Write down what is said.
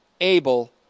able